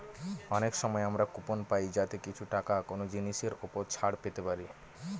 অনেক সময় আমরা কুপন পাই যাতে কিছু টাকা কোনো জিনিসের ওপর ছাড় পেতে পারি